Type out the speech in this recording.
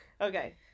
Okay